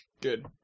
Good